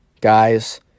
guys